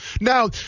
Now